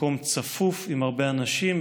מקום צפוף עם הרבה אנשים.